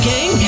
King